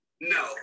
No